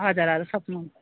हजुर हजुर सक्नु